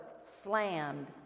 slammed